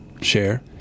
share